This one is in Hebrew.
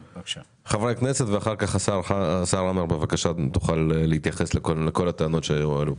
חברי הכנסת ואחר כך השר עמאר שיוכל להתייחס לדברים שנאמרו כאן.